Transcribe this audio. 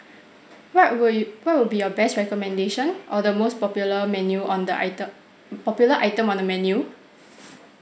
what would you what will be your best recommendation or the most popular menu on the ite~ popular item on the menu